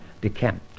decamped